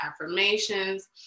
affirmations